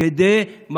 תקווה סבן זה מקרה